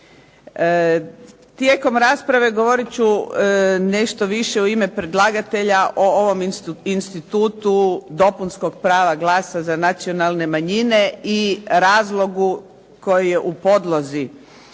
Tijekom rasprave govorit ću nešto više u ime predlagatelja o ovom institutu dopunskog prava glasa za nacionalne manjine i razlogu koji je u podlozi